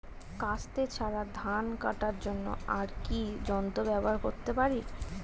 কাস্তে ছাড়া ধান কাটার জন্য আর কি যন্ত্র ব্যবহার করতে পারি?